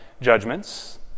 judgments